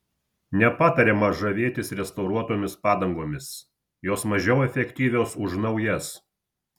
nepatariama žavėtis restauruotomis padangomis jos mažiau efektyvios už naujas